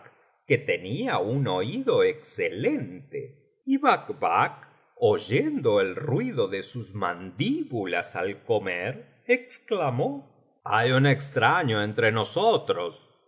que tenía un oído excelente y bacbac oyendo el ruido de sus mandíbulas al comer exclamó hay un extraño entre nosotros